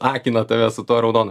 akina tave su tuo raudonu